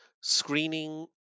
Screening